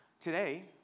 Today